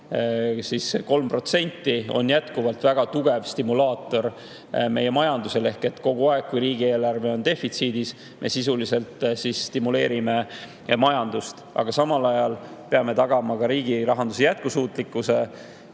3% on jätkuvalt väga tugev stimulaator meie majandusele: kogu aeg, kui riigieelarve on defitsiidis, me sisuliselt stimuleerime majandust, aga samal ajal peame tagama ka riigirahanduse jätkusuutlikkuse.